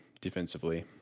defensively